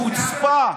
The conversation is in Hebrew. חוצפה.